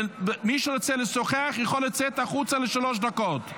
מי שרוצה לשוחח יכול לצאת החוצה לשלוש דקות.